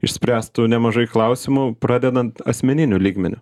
išspręstų nemažai klausimų pradedant asmeniniu lygmeniu